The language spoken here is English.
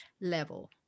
level